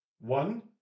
One